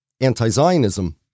anti-Zionism